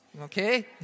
okay